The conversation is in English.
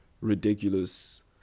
ridiculous